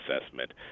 assessment